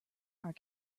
are